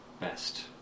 best